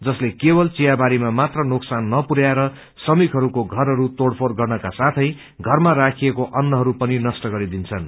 जसले केवल चियाबारीमा मात्र नोक्सान नपुरयाएर श्रमिकहरूको घरहरू तोड़ फ्रेड़ गर्नुका साथै घरमा राखिकपो अन्नहरू पनि नष्ट गरिदिन्छन्